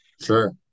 Sure